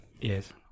Yes